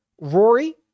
Rory